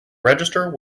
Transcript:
register